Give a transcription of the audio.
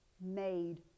made